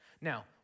Now